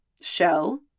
show